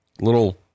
Little